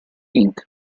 inc